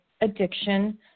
addiction